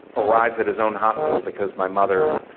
arrives at his own hospital because my mother,